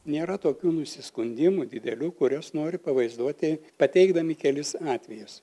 nėra tokių nusiskundimų didelių kurios nori pavaizduoti pateikdami kelis atvejus